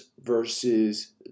versus